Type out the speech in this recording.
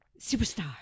superstar